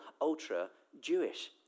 ultra-Jewish